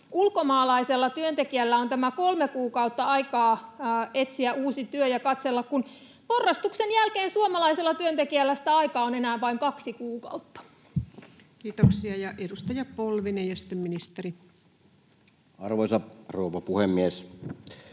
ulkomaalaisella työntekijällä on tämä kolme kuukautta aikaa etsiä uusi työ ja katsella, kun porrastuksen jälkeen suomalaisella työntekijällä sitä aikaa on enää vain kaksi kuukautta. Kiitoksia. — Edustaja Polvinen, ja sitten ministeri. Arvoisa rouva puhemies!